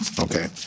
okay